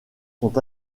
sont